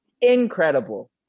incredible